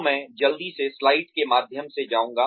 तो मैं जल्दी से स्लाइड के माध्यम से जाऊँगा